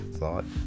thought